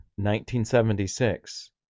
1976